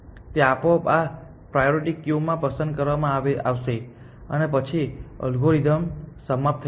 તે આપોઆપ આ પ્રાયોરિટી ક્યુમાં પસંદ કરવામાં આવશે અને પછી અલ્ગોરિધમ સમાપ્ત થઈ જશે